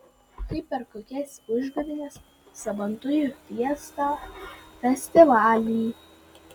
kaip per kokias užgavėnes sabantujų fiestą festivalį